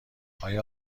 آیا